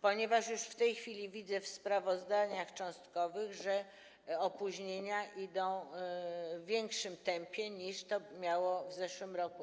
ponieważ już tej chwili widzę w sprawozdaniach cząstkowych, że opóźnienia idą w większym tempie, niż to miało miejsce w zeszłym roku.